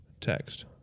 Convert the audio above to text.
Text